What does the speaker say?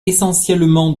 essentiellement